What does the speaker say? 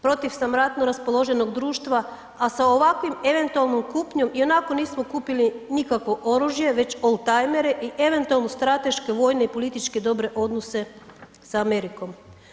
Protiv sam ratno raspoloženog društva, a sa ovakvom eventualnom kupnjom ionako nismo kupili nikakvo oružje već oldtimere i eventualno strateške, vojne i političke dobre odnose sa Amerikom.